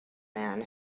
man